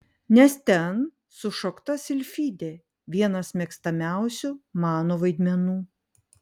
nes ten sušokta silfidė vienas mėgstamiausių mano vaidmenų